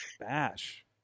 Bash